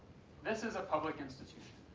this is a public institution.